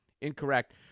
incorrect